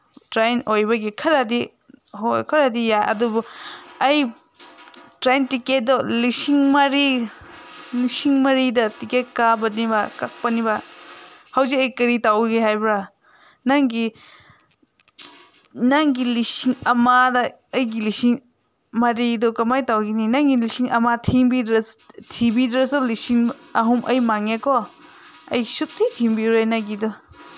train ꯑꯣꯏꯕꯒꯤ ꯈꯔꯗꯤ ꯍꯣꯏ ꯈꯔꯗꯤ ꯌꯥꯏ ꯑꯗꯨꯕꯨ ꯑꯩ ꯇ꯭ꯔꯦꯟ ꯇꯤꯀꯦꯠꯇꯣ ꯂꯤꯁꯤꯡ ꯃꯔꯤ ꯂꯤꯁꯤꯡ ꯃꯔꯤꯗ ꯇꯤꯀꯦꯠ ꯀꯛꯄꯅꯦꯕ ꯍꯧꯖꯤꯛ ꯑꯩ ꯀꯔꯤ ꯇꯧꯒꯦ ꯍꯥꯏꯕ꯭ꯔꯥ ꯅꯪꯒꯤ ꯅꯪꯒꯤ ꯂꯤꯁꯤꯡ ꯑꯃꯒ ꯑꯩꯒꯤ ꯂꯤꯁꯤꯡ ꯃꯔꯤꯗꯨ ꯀꯃꯥꯏ ꯇꯧꯔꯤꯅꯤ ꯅꯪꯒꯤ ꯂꯤꯁꯤꯡ ꯑꯃ ꯊꯤꯕꯤꯗ꯭ꯔꯁꯨ ꯂꯤꯁꯤꯡ ꯑꯍꯨꯝ ꯑꯩ ꯃꯥꯡꯉꯦꯀꯣ ꯑꯩ ꯁꯨꯡꯊꯤ ꯊꯤꯕꯤꯔꯣꯏ ꯅꯪꯒꯤꯗꯣ